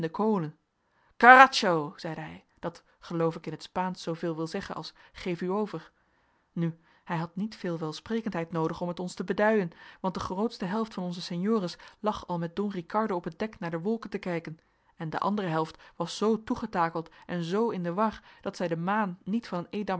zeide hij dat geloof ik in t spaansch zooveel wil zeggen als geef u over nu hij had niet veel welsprekendheid noodig om het ons te beduien want de grootste helft van onze senhores lag al met don ricardo op het dek naar de wolken te kijken en de andere helft was zoo toegetakeld en zoo in de war dat zij de maan niet van een